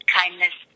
kindness